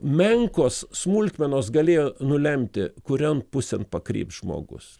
menkos smulkmenos galėjo nulemti kurion pusėn pakryps žmogus